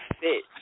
fit